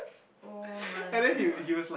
[oh]-my-god